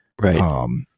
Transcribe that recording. right